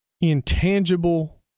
intangible